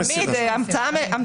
תמיד עם המצאה.